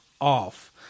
off